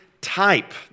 type